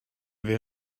vais